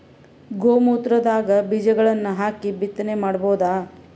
ಗೋ ಮೂತ್ರದಾಗ ಬೀಜಗಳನ್ನು ಹಾಕಿ ಬಿತ್ತನೆ ಮಾಡಬೋದ?